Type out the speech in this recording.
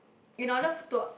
in order for to